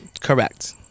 Correct